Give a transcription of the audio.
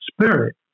spirit